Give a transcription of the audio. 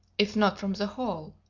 if not from the hall?